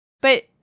But-